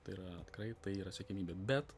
tai yra tikrai tai yra siekiamybė bet